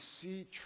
see